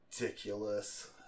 Ridiculous